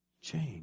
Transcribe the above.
change